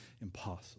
impossible